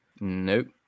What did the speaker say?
Nope